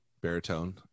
baritone